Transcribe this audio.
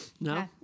No